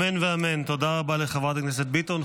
אמן ואמן, תודה רבה לחברת הכנסת ביטון.